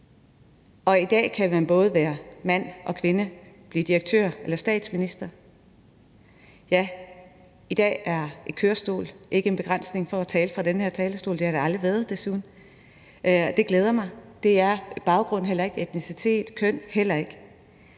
i dag kan man både være mand og kvinde, blive direktør eller statsminister, ja, i dag er en kørestol ikke en begrænsning for at tale fra den her talerstol, og det burde det i øvrigt aldrig have været. Det glæder mig. Baggrund, etnicitet, køn bør heller ikke